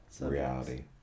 reality